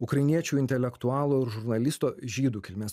ukrainiečių intelektualo ir žurnalisto žydų kilmės